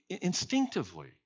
Instinctively